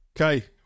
Okay